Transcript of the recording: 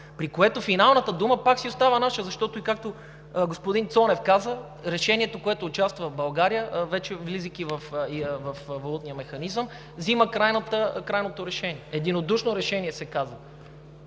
при което финалната дума пак си остава наша. Защото, както и господин Цонев каза, решението, в което участва България, вече влизайки във валутния механизъм, взима крайното решение – единодушно решение се казва.